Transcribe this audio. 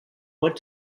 went